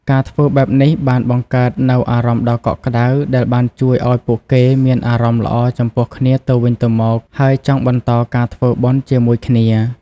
ការធ្វើបែបនេះបានបង្កើតនូវអារម្មណ៍ដ៏កក់ក្តៅដែលបានជួយឲ្យពួកគេមានអារម្មណ៍ល្អចំពោះគ្នាទៅវិញទៅមក ហើយចង់បន្តការធ្វើបុណ្យជាមួយគ្នា។